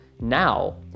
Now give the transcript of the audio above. now